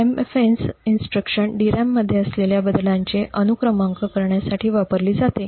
MFENCE सूचना DRAM मध्ये असलेल्या बदल्यांचे अनुक्रमांक करण्यासाठी वापरली जाते